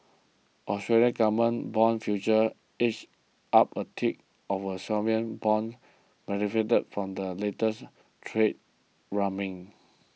Australian government bond futures edged up a tick of sovereign bonds benefited from the latest trade rumblings